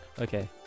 Okay